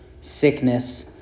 sickness